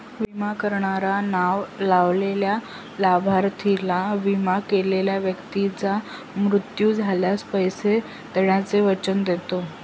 विमा करणारा नाव लावलेल्या लाभार्थीला, विमा केलेल्या व्यक्तीचा मृत्यू झाल्यास, पैसे देण्याचे वचन देतो